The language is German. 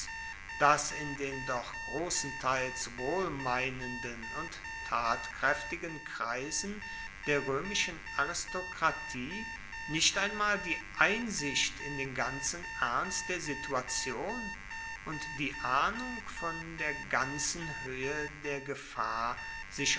dass in den doch grossenteils wohlmeinenden und tatkraeftigen kreisen der roemischen aristokratie nicht einmal die einsicht in den ganzen ernst der situation und die ahnung von der ganzen hoehe der gefahr sich